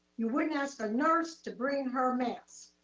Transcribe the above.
you wouldn't ask a nurse to bring her mask.